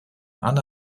anne